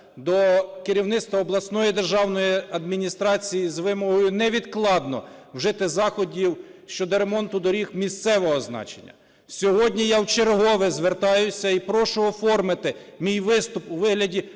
до керівництва обласної державної адміністрації з вимогою невідкладно вжити заходів щодо ремонту доріг місцевого значення. Сьогодні я вчергове звертаюся і прошу оформити мій виступ у вигляді